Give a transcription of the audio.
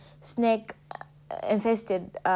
snake-infested